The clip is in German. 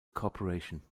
corporation